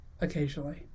occasionally